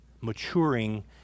maturing